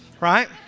right